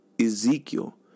Ezekiel